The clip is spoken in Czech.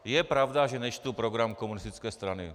Je pravda, že nečtu program komunistické strany.